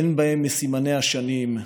אין בהם מסימני השנים.